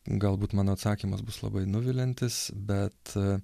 galbūt mano atsakymas bus labai nuviliantis bet